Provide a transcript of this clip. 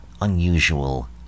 Unusual